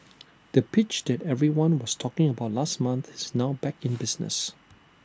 the pitch that everyone was talking about last month is now back in business